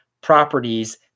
properties